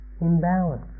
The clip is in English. imbalance